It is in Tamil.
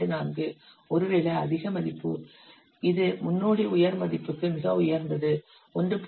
24 ஒருவேளை அதிக மதிப்பு இது முன்னோடி உயர் மதிப்புக்கு மிக உயர்ந்தது 1